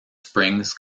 springs